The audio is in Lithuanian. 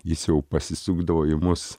jis jau pasisukdavo į mus